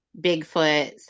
Bigfoot